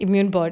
immune board